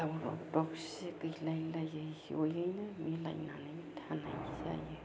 दावराव दावसि गैलाय लाय लयैनो मिलायनानै थालायनाय जायो